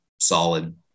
solid